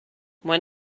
when